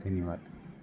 ધન્યવાદ